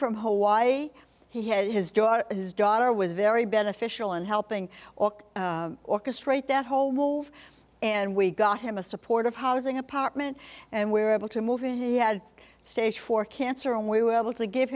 from hawaii he had his daughter his daughter was very beneficial in helping ork orchestrate that whole move and we got him a supportive housing apartment and we're able to move in he had stage four cancer and we were able to give